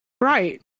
Right